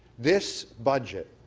this budget,